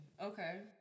Okay